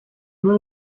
nur